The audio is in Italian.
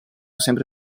sempre